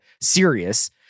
serious